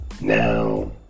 Now